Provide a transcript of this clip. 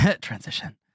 Transition